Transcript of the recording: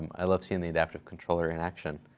i loved seeing the adaptive controller in action.